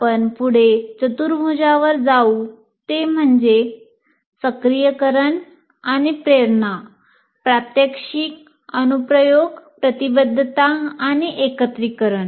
आपण पुढे चतुर्भुजांवर जाऊ ते म्हणजे सक्रियकरण प्रेरणा प्रात्यक्षिक अनुप्रयोग प्रतिबद्धता आणि एकत्रीकरण